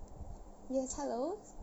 yes hello